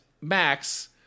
Max